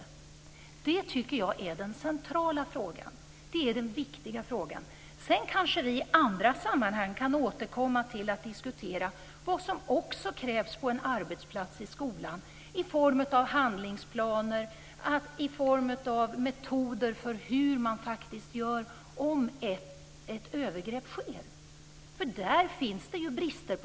Det är den centrala och viktiga frågan. Sedan kan vi kanske i andra sammanhang återkomma till att diskutera vad som också krävs på en sådan arbetsplats som skolan i form av handlingsplaner och av metoder för hur man gör om det sker ett övergrepp. Där finns det brister på många håll. De flesta av oss blir oerhört oroade och uppskrämda, och inte blir det bättre av debattnivån på tidningarnas löpsedlar. Beträffande frågan om denna registeråtgärd tycker jag att det är väldigt bra att vi nu får möjlighet att skapa denna trygghet.